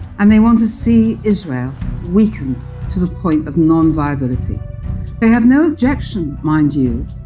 and they want to see israel weakened to the point of non-viability. they have no objection, mind you,